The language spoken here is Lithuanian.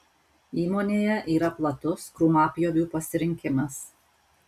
įmonėje yra platus krūmapjovių pasirinkimas